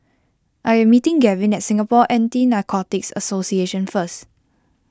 I am meeting Gavyn at Singapore Anti Narcotics Association first